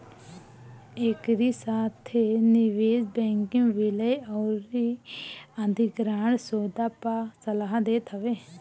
एकरी साथे निवेश बैंकिंग विलय अउरी अधिग्रहण सौदा पअ सलाह देत हवे